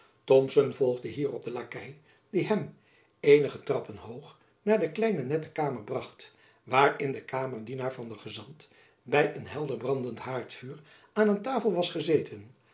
thomson volgde hierop den lakei die hem eenige trappen hoog naar de kleine nette kamer bracht waarin de kamerdienaar van den gezant by een helder brandend haardvuur aan een tafel was gezeten